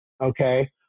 Okay